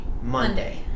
Monday